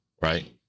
right